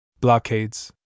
Blockades